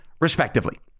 respectively